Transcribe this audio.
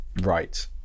right